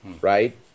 right